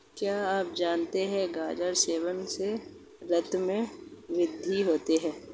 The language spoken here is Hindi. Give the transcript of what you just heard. क्या आप जानते है गाजर सेवन से रक्त में वृद्धि होती है?